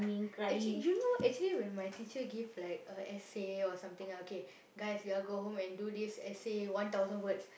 actually you know actually when my teacher give like uh essay or something ah okay guys you all go home and do this essay one thousands words